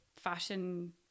fashion